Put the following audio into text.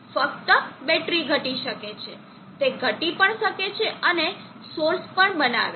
ફક્ત બેટરી ઘટી શકે છે તે ઘટી પણ શકે છે અને સોર્સ પણ બનાવે છે